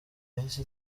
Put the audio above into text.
yahise